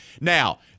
Now